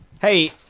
Hey